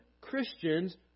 Christians